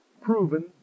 proven